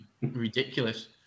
ridiculous